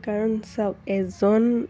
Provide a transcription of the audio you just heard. কাৰণ চাওক এজন